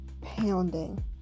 pounding